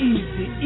Easy